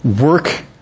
work